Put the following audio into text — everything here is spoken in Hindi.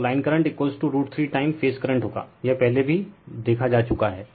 तो line current √ 3 time phase current होगा यह पहले भी देखा जा चुका है